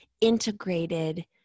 integrated